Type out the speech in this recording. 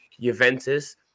Juventus